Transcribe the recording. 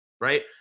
right